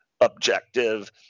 objective